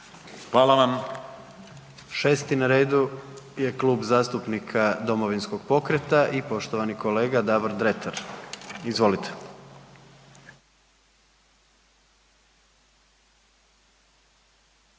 Gordan (HDZ)** 6. na redu je Klub zastupnika Domovinskog pokreta i poštovani kolega Davor Dretar, izvolite.